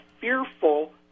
fearful